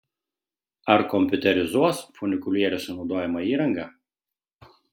ar kompiuterizuos funikulieriuose naudojamą įrangą